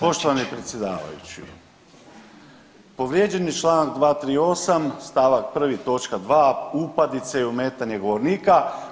Poštovani predsjedavajući povrijeđen je Članak 238. stavak 1. točka 2. upadice i ometanje govornika.